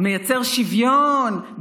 המייצר שוויון,